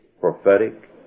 prophetic